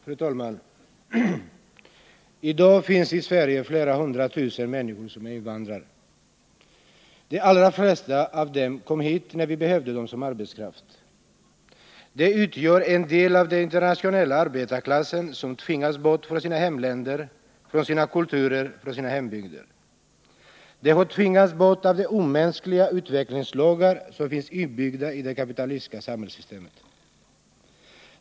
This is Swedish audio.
Fru talman! I dag finns i Sverige flera hundra tusen människor som är invandrare. De allra flesta av dem kom hit när vi behövde dem som arbetskraft. De utgör en del av den internationella arbetarklassen, som tvingats bort från sina hemländer, från sina kulturer, från sina hembygder. De har tvingats bort av de omänskliga utvecklingslagar som finns inbyggda i det kapitalistiska samhällssystemet.